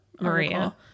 Maria